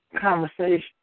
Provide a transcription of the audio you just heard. conversation